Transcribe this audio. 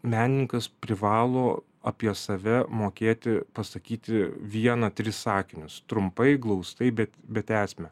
menininkas privalo apie save mokėti pasakyti vieną tris sakinius trumpai glaustai bet bet esmę